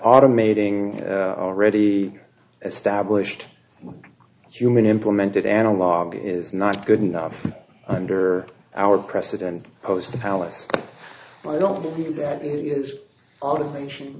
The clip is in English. automating already established human implemented analog is not good enough under our precedent post palace i don't believe that automation